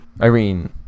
Irene